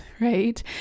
right